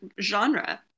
genre